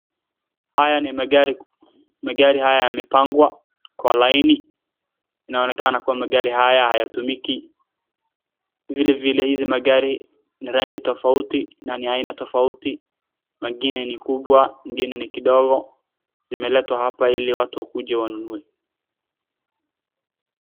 Haya ni magari, magari haya yamepangwa kwa laini inaonekana kuwa magari haya hayatumiki, vilevile hizi magari ni rangi tofauti na ni aina tofauti mengine ni kubwa, mengine ni kidogo zimeletwa hapa ili watu wakuje wanunue.